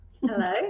Hello